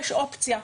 יש אופציה,